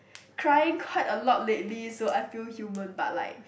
crying quite a lot lately so I feel human but like